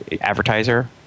advertiser